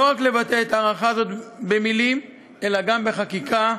לבטא את ההערכה הזאת לא רק במילים אלא גם בחקיקה,